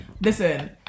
Listen